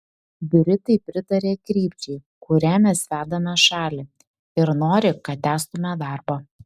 britai pritaria krypčiai kuria mes vedame šalį ir nori kad tęstume darbą